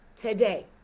Today